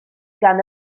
gan